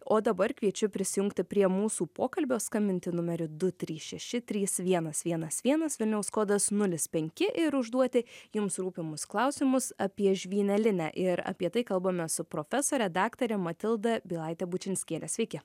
o dabar kviečiu prisijungti prie mūsų pokalbio skambinti numeriu du trys šeši trys vienas vienas vienas vilniaus kodas nulis penki ir užduoti jums rūpimus klausimus apie žvynelinę ir apie tai kalbame su profesore daktare matilda bylaite bučinskiene sveiki